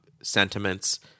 sentiments